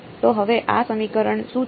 તો હવે આ સમીકરણ શું છે